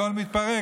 הכול מתפרק,